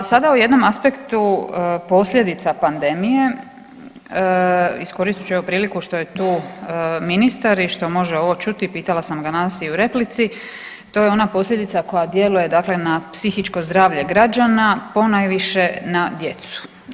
A sada o jednom aspektu posljedica pandemije, iskoristit ću evo priliku što je tu ministar i što može ovo čuti, pitala sam ga danas i u replici, to je onda posljedica koja djeluje dakle na psihičko zdravlje građana, ponajviše na djecu.